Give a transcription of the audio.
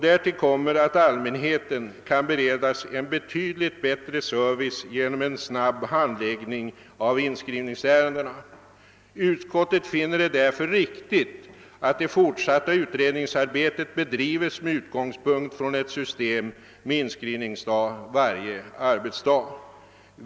Därtill kommer att allmänheten kan beredas en betydligt bättre service genom en snabb handläggning av inskrivningsärendena. Utskottet finner det därför riktigt att det fortsatta utredningsarbetet bedrives med utgångspunkt i ett system med inskrivningsdag varje arbetsdag.